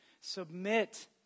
Submit